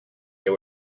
they